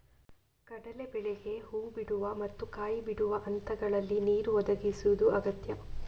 ಕಡಲೇ ಬೇಳೆಗೆ ಹೂ ಬಿಡುವ ಮತ್ತು ಕಾಯಿ ಬಿಡುವ ಹಂತಗಳಲ್ಲಿ ನೀರು ಒದಗಿಸುದು ಅಗತ್ಯ